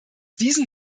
diesen